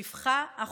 שפחה אחותכן".